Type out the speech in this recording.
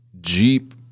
Jeep